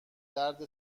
درد